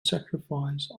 sacrificed